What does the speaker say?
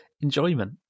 enjoyment